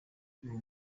uwo